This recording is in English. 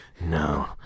No